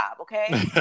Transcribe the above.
okay